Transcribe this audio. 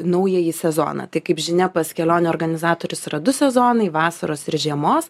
naująjį sezoną tai kaip žinia pas kelionių organizatorius yra du sezonai vasaros ir žiemos